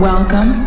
Welcome